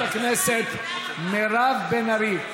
חברת הכנסת מירב בן ארי,